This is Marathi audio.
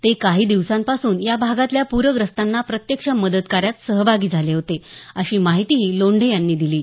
ते काही दिवसांपासून या भागातल्या पूरग्रस्तांना प्रत्यक्ष मदत कार्यात सहभागी झाले होते अशी माहितीही लोंढे यांनी दिली आहे